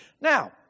Now